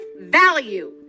value